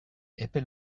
epe